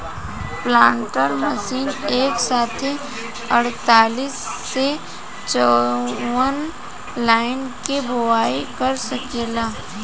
planter machine एक साथे अड़तालीस से चौवन लाइन के बोआई क सकेला